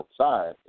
outside